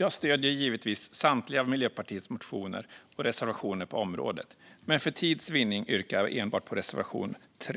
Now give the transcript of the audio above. Jag stöder givetvis samtliga av Miljöpartiets motioner och reservationer på området, men för tids vinnande yrkar jag bifall enbart till reservation 3.